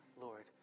Lord